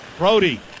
Brody